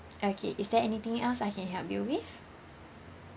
okay is there anything else I can help you with